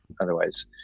Otherwise